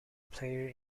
player